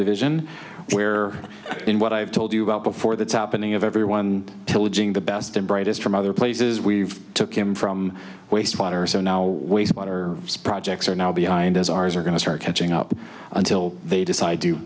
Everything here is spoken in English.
division where in what i have told you about before that's happening of everyone pillaging the best and brightest from other places we took him from waste water so now waste water projects are now behind as ours are going to start catching up until they decide to